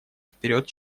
вперед